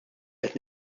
qed